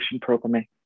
programming